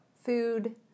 food